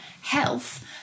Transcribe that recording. health